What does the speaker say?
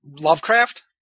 Lovecraft